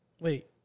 Wait